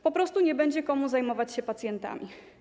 Po prostu nie będzie komu zajmować się pacjentami.